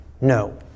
no